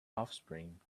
offspring